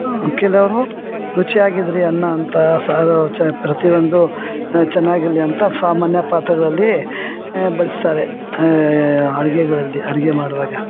ಕೆಲವರು ರುಚಿಯಾಗಿದ್ರಿ ಅನ್ನ ಅಂತ ಸಾರು ಚ ಪ್ರತಿಯೊಂದು ಚೆನ್ನಾಗಿರ್ಲಿ ಅಂತ ಸಾಮಾನ್ಯ ಪಾತ್ರೆಗಳಲ್ಲಿ ಬಳಸ್ತಾರೆ ಅಡಿಗೆಗಳಲ್ಲಿ ಅಡಿಗೆ ಮಾಡುವಾಗ